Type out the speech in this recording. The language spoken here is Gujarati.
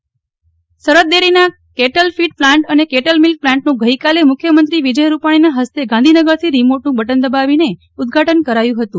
નેહલ ઠકકર સરહદ ડેરી સરફદ ડેરીના કેટલ ફીડ પ્લાન્ટ અને કેટલ મિલ્ક પ્લાન્ટનું ગઈકાલ મુખ્યમંત્રી વિજય રૂપાણીના ફસ્તે ગાંધીનગરથી રિમોટનું બટન દાબીને ઉદ્વાટન કરાયું ફતું